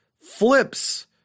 flips